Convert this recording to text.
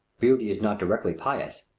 beauty is not directly pious,